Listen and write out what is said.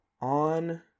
on